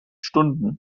stunden